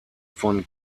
von